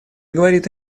говорит